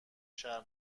شهر